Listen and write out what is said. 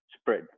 spread